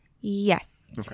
Yes